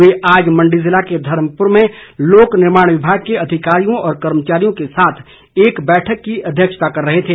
वे आज मंडी जिले के धर्मपुर में लोक निर्माण विभाग के अधिकारियों व कर्मचारियों के साथ एक बैठक की अध्यक्षता कर रहे थे